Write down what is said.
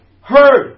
heard